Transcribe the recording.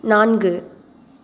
நான்கு